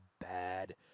bad